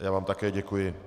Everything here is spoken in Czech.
Já vám také děkuji.